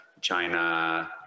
china